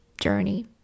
journey